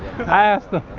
i asked